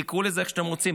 תקראו לזה איך שאתם רוצים.